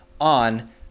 on